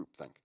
groupthink